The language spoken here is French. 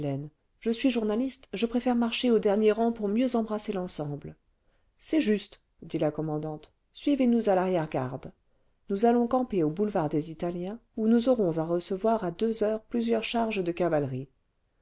je suis journaliste je préfère marcher au dernier rang pour mieux embrasser l'ensemble c'est juste dit la commandante suivez-nous à l'arrière-garde le vingtième siècle nous allons camper au boulevard des italiens où nous aurons à recevoir à deux heures plusieurs charges de cavalerie